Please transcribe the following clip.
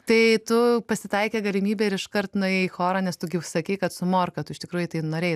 tai tu pasitaikė galimybė ir iškart nuėjai į chorą nes tu gi jau sakei kad su morka tu iš tikrųjų tai norėjai